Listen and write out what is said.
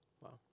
Wow